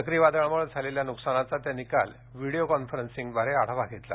चक्रीवादळामुळे झालेल्या नुकसानाचा त्यांनी काल व्हिडिओ कॉन्फरन्सिंगद्वारे आढावा घेतला